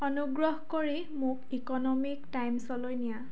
অনুগ্ৰহ কৰি মোক ইকনমিক টাইমছলৈ নিয়া